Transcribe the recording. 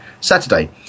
Saturday